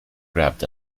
grabbed